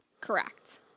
Correct